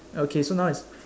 okay so now it's